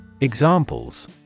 Examples